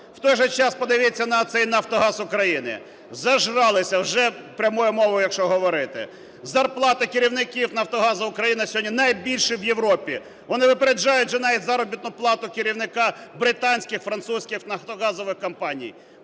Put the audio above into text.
В той же час, подивіться на оцей "Нафтогаз України". Зажралися вже, прямою мовою якщо говорити. Зарплати керівників "Нафтогазу України" сьогодні найбільші в Європі. Вони випереджають вже навіть заробітну плату керівника британських, французьких нафтогазових компаній.